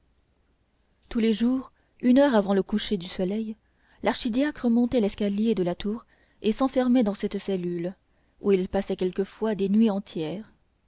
tous les jours une heure avant le coucher du soleil l'archidiacre montait l'escalier de la tour et s'enfermait dans cette cellule où il passait quelquefois des nuits entières